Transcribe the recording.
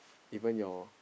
even your